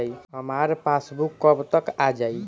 हमार पासबूक कब तक आ जाई?